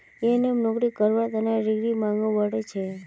यनमम नौकरी करवार तने डिग्रीर मांगो बढ़ छेक